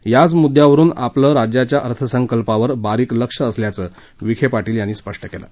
याच मुद्यावरून आपलं राज्याच्या अर्थसंकल्पावर बारीक लक्ष असल्याचं विखेपाटील यांनी म्हटलं आहे